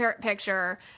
picture –